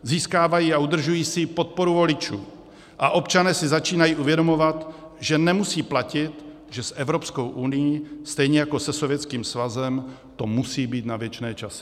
Získávají a udržují si podporu voličů a občané si začínají uvědomovat, že nemusí platit, že s Evropskou unií stejně jako se Sovětským svazem to musí být na věčné časy.